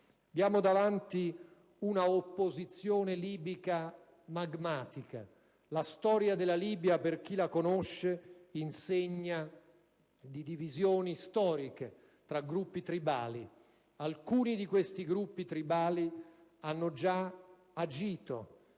Abbiamo davanti un'opposizione libica magmatica. La storia della Libia, per chi la conosce, insegna di divisioni storiche tra gruppi tribali. Alcuni di questi gruppi tribali hanno già agito